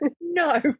No